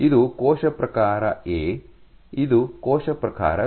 ಇದು ಕೋಶ ಪ್ರಕಾರ ಎ ಇದು ಕೋಶ ಪ್ರಕಾರ ಬಿ